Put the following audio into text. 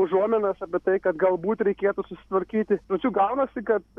užuominos apie tai kad galbūt reikėtų susitvarkyti žodžiu gaunasi kad